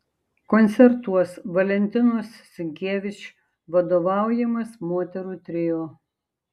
koncertuos valentinos sinkevič vadovaujamas moterų trio